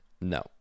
No